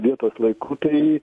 vietos laiku tai